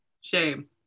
Shame